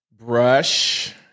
brush